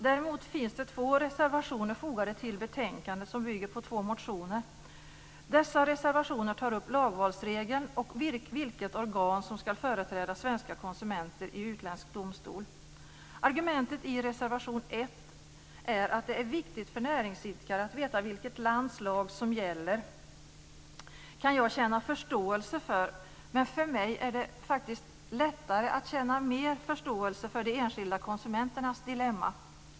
Däremot finns det två reservationer fogade till betänkandet som bygger på två motioner. Dessa reservationer tar upp lagvalsregeln och vilket organ som ska företräda svenska konsumenter i utländsk domstol. Argumentet i reservation 1 att det är viktigt för näringsidkare att veta vilket lands lag som gäller kan jag känna förståelse för, men för mig är det faktiskt lättare att känna mer förståelse för de enskilda konsumenternas dilemma.